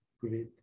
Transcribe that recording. great